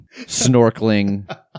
snorkeling